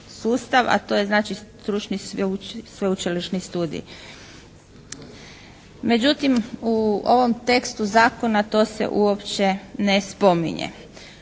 a to je znači stručni sveučilišni studij. Međutim u ovom tekstu zakona to se uopće ne spominje.